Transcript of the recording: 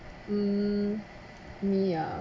mm me ah